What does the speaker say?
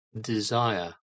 desire